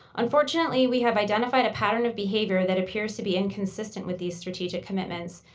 unfortunately, we have identified a pattern of behavior that appears to be inconsistent with these strategic commitments,